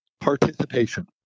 participation